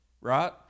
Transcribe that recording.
right